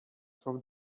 from